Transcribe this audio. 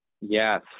Yes